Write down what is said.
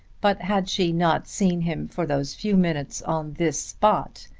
but had she not seen him for those few minutes on this spot,